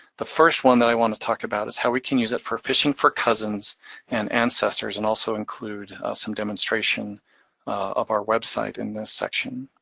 the first one that i want to talk about is how we can use it for fishing for cousins and ancestors, and also include some demonstration of our website in this section.